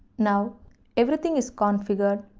now everything is configured,